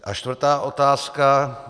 A čtvrtá otázka.